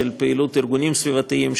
של פעילות ארגונים סביבתיים,